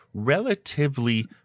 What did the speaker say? relatively